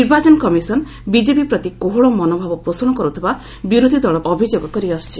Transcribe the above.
ନିର୍ବାଚନ commission BJP ପ୍ରତି କୋହଳ ମନୋଭାବ ପୋଷଣ କରୁଥିବା ବିରୋଧୀ ଦଳ ଅଭିଯୋଗ କରିଆସୁଛି